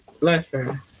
Listen